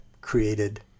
created